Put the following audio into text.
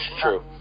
true